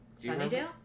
Sunnydale